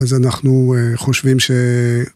אז אנחנו חושבים ש...